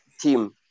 team